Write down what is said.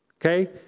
Okay